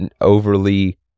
overly